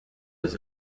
was